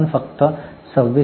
आपण फक्त 26 वर ठेवू